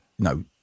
No